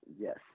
yes